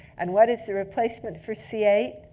and what is the replacement for c eight?